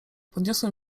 podniosłem